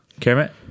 Kermit